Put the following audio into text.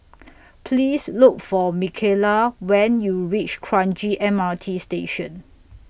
Please Look For Mckayla when YOU REACH Kranji M R T Station